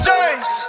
James